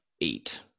eight